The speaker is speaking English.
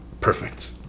perfect